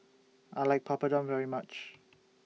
I like Papadum very much